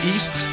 East